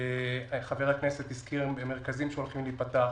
חבר הכנסת הזכיר מרכזים שהולכים להיפתח.